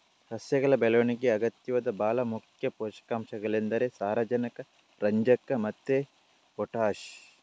ಸಸ್ಯಗಳ ಬೆಳವಣಿಗೆಗೆ ಅಗತ್ಯವಾದ ಭಾಳ ಮುಖ್ಯ ಪೋಷಕಾಂಶಗಳೆಂದರೆ ಸಾರಜನಕ, ರಂಜಕ ಮತ್ತೆ ಪೊಟಾಷ್